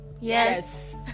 Yes